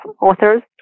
authors